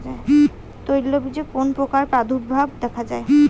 তৈলবীজে কোন পোকার প্রাদুর্ভাব দেখা যায়?